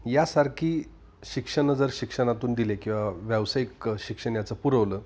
यासारखी शिक्षणं जर शिक्षणातून दिले किंवा व्यावसायिक शिक्षण याचं पुरवलं